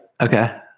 Okay